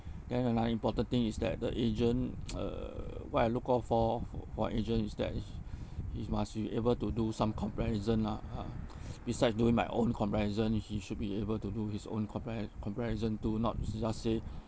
then another important thing is that the agent uh what I look out for for for agent is that he he must be able to do some comparison lah uh besides doing my own comparison he should be able to do his own compar~ comparison to not just say